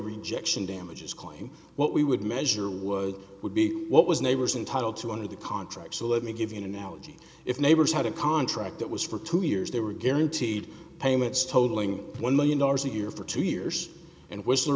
rejection damages claim what we would measure would would be what was neighbors entitle to under the contract so let me give you an analogy if neighbors had a contract that was for two years they were guaranteed payments totaling one million dollars a year for two years and w